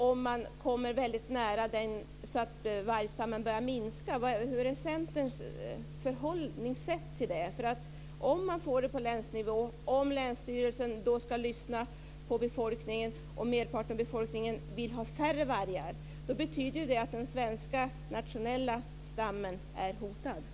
Om man kommer väldigt nära så att vargstammen börjar minska, hur förhåller sig då Centern till det? Om man får beslutet på länsnivå, om länsstyrelsen då ska lyssna på befolkningen och om merparten av befolkningen vill ha färre vargar betyder ju det att den svenska nationella stammen är hotad.